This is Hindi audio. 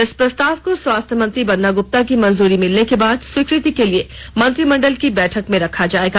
इस प्रस्ताव को स्वास्थ्य मंत्री बन्ना गुप्ता की मंजूरी मिलने के बाद स्वीकृति के लिए मंत्रिमंडल की बैठक में रखा जाएगा